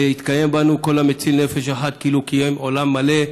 ויתקיים בנו: כל המציל נפש אחת כאילו קיים עולם מלא.